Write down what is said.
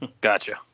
gotcha